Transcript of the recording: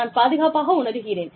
நான் பாதுகாப்பாக உணர்கிறேன்